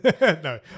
No